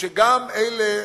שאלה